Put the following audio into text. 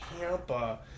Tampa